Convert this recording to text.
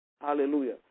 hallelujah